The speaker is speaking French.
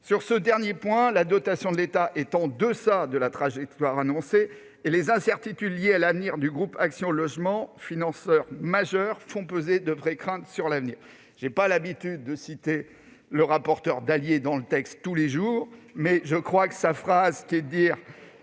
Sur ce dernier point, la dotation de l'État est en deçà de la trajectoire annoncée et les incertitudes liées à l'avenir du groupe Action Logement, financeur majeur, font peser de vraies craintes sur l'avenir. Je n'ai pas l'habitude de citer le rapporteur Dallier dans le texte tous les jours, ... Tout arrive ! Vous avez tort de ne